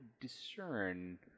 discern